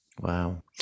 Wow